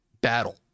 battle